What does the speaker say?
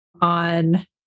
on